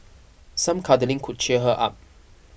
some cuddling could cheer her up